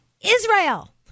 Israel